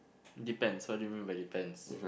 depends what do you mean by depends